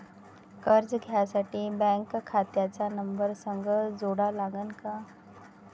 कर्ज घ्यासाठी बँक खात्याचा नंबर संग जोडा लागन का?